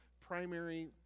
primary